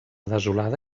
desolada